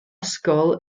ysgol